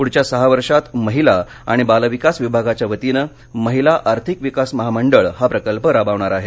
पुढच्या सहा वर्षात महिला आणि बालविकास विभागाच्या वतीनं महिला आर्थिक विकास महामंडळ हा प्रकल्प राबवणार आहे